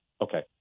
Okay